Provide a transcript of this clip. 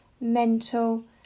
mental